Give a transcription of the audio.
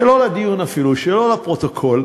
שלא לדיון אפילו, שלא לפרוטוקול,